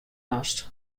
moast